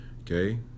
Okay